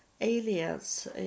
aliens